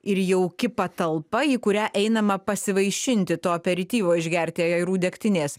ir jauki patalpa į kurią einama pasivaišinti to aperityvo išgerti ajerų degtinės